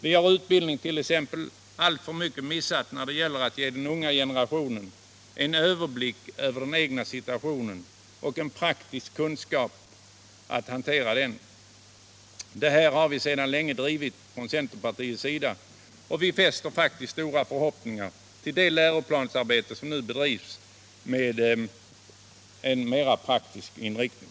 Vi har t.ex. i utbildningen alltför mycket missat att ge den unga generationen en överblick över den egna situationen och en praktisk kunskap att klara den. Den här saken har vi från centerns sida drivit sedan lång tid tillbaka, och vi fäster faktiskt stora förhoppningar vid det läroplansarbete som nu bedrivs och som syftar till en mera praktisk inriktning.